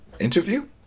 interview